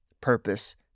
purpose